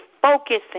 focusing